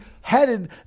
headed